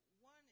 one